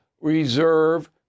reserve